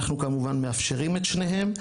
אנחנו כמובן מאפשרים את שניהם,